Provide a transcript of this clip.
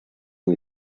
ont